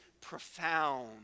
profound